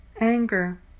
Anger